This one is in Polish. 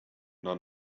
dla